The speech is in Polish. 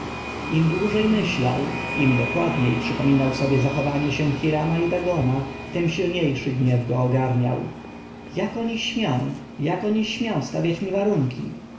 im dłużej myślał im dokładniej przypominał sobie zachowanie się hirama i dagona tem silniejszy gniew go ogarniał jak oni śmią jak oni śmią stawiać mi warunki